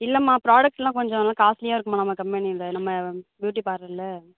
இல்லைம்மா புரோடக்டெலாம் கொஞ்சம் எல்லாம் காஸ்ட்லியாக இருக்குதும்மா நம்ம கம்பெனியில் நம்ம பியூட்டி பார்லரில்